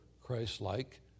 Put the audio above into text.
Christ-like